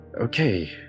okay